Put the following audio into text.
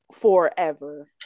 forever